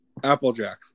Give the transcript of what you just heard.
Applejacks